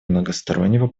многостороннего